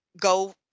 go